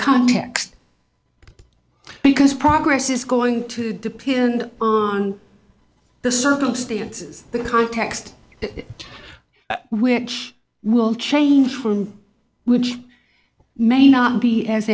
context because progress is going to depend on the circumstances the context that which will change from which may not be as